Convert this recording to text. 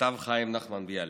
כתב חיים נחמן ביאליק.